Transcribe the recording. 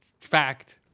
fact